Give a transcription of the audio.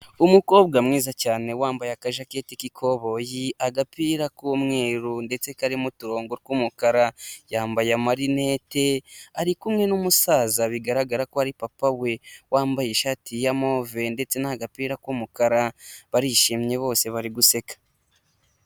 Umukobwa mwiza cyane wambaye akajaketi k'ikoboyi, agapira k'umweru ndetse karimo uturongo tw'umukara, yambaye amarinete ari kumwe n'umusaza bigaragara ko ari papa we, wambaye ishati ya move ndetse n'agapira k'umukara barishimye bose bari guseka.